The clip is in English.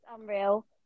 unreal